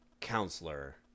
counselor